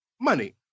Money